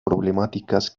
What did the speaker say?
problemáticas